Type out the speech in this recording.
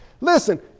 Listen